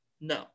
No